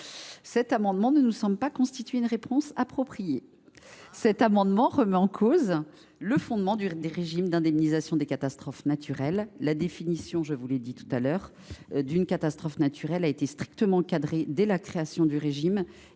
cet amendement ne nous semble pas constituer une réponse appropriée,… Ah !… car il remet en cause le fondement du régime d’indemnisation des catastrophes naturelles. La définition d’une catastrophe naturelle a été strictement encadrée dès la création du régime